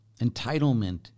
entitlement